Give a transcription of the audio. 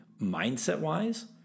mindset-wise